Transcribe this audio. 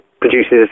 produces